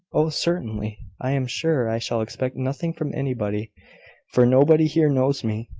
oh, certainly. i am sure i shall expect nothing from anybody for nobody here knows me.